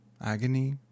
Agony